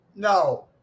No